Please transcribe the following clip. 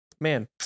Man